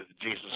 Jesus